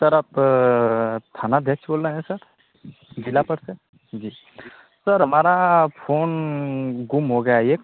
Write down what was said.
sir आप थाना अध्यक्ष बोल रहे हैं सर जिला पर से जी सर हमारा फोन गुम हो गया एक